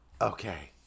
okay